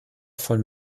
von